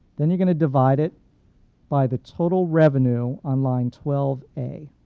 then you're going to divide it by the total revenue on line twelve a.